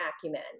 acumen